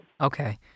Okay